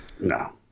No